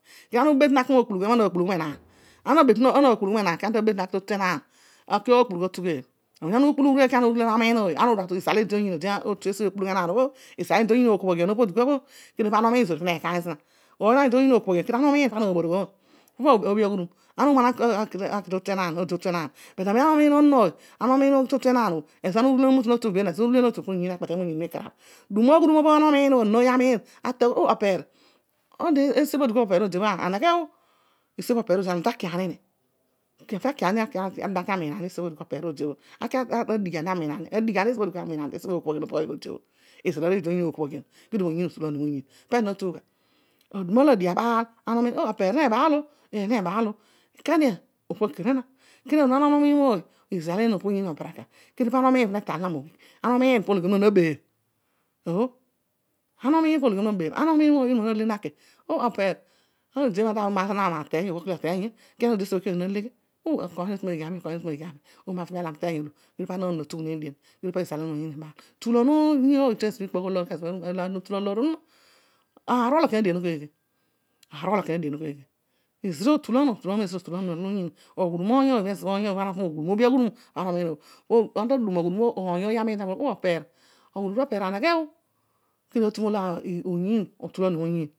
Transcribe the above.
Ana mbetunu naki mookpulughu. Enaan mana naakpul ughu menaan, kedio ana taki aakpulughu atugheel. Amem ana nghi uukpulughu urugheel amem loghi obheleghian ōoy kedi o pizal eena irol to oyiin esi ookpulughu enaan ōbhō ō, oiy lo na na irel toyiin sokobhōghian kedio ana umiin pana naaboroghaan, opobho poobi aghud um? but ezobhō ana ughi to tu enaan ō ezobho ana urele na mute natu po oyiin na kpete moyiin mikarabh. Dum aghudum olo onon oiy amiin akol ō! Opeer, esi bhō oper odibhō aneghe ō, aami taki anini tesiōbhō opeer odiōbhō adigh aani amiinani. izal aroiy idi moyiin ookobhoghian kedio oyiin otulanio moyiin, pezo notugh gha? Aduna lo adio abaal ō opeer nebaal ō, a daniel izal eena oyiin obaraka, kedio ibha ana omiin odi pune tal zina mobho, po ologhi onuma na beeb ō! Ana umiin pologhi onuma nabeebh. Ana odisuobho maar yo ana ateiy ōbhōkele oteiyio kedio ana odi tesiobho kedio odi na leghe si okoiny natu moghigh ami okoiny natu moghigh ami, oomavami aar laami weiyn ōolō, kedio pana naanom atughuneen dien, kedio pizal eena oyiin ibaal. tulam oiy kezobhō ana utulan ikpōogh alōor ōnuma. Aar olokian aridien keeghe? Ezira ōtulan otulan kezobho aghudum oiny ōoy ezobho oiy ōoy aneghe morugh ōobi aghudum ana ta dum aghudum olo oiy ōoy amiin pō ōghōl aghudum topeer aneghe ō! Kedio no tugh olo oyiin ōtalaniō mōyiin.